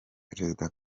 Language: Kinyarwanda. perezida